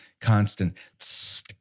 constant